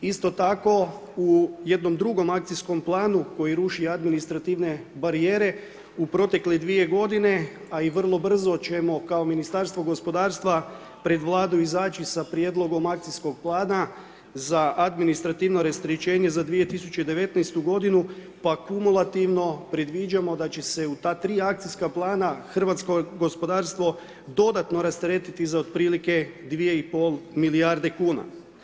Isto tako u jednom drugom akcijskom planu koji ruši administrativne barijere, u protekle 2 godine a i vrlo brzo ćemo kao Ministarstvo gospodarstva pred Vladu izaći sa prijedlogom akcijskog plana za administrativno rasterećenje za 2019. pa kumulativno predviđamo da će se u ta tri akcijska plana hrvatsko gospodarstvo dodatno rasteretiti za otprilike 2,5 milijarde kuna.